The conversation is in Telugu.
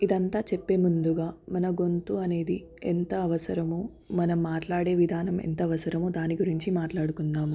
ఇదంతా చెప్పే ముందుగా మన గొంతు అనేది ఎంత అవసరమో మనం మాట్లాడే విధానం ఎంత అవసరమో దాని గురించి మాట్లాడుకుందాము